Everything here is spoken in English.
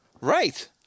Right